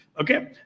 Okay